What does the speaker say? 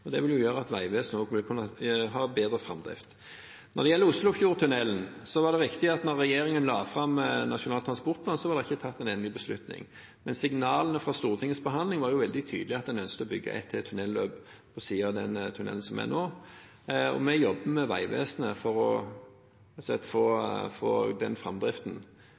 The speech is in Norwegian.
og det vil gjøre at Vegvesenet også vil kunne ha bedre framdrift. Når det gjelder Oslofjordtunnelen, er det riktig at da regjeringen la fram Nasjonal transportplan, var det ikke tatt en endelig beslutning. Men signalene fra Stortingets behandling var veldig tydelige, at en ønsket å bygge et tunnelløp til ved siden av den tunnelen som er nå, og vi jobber med Vegvesenet når det gjelder den framdriften.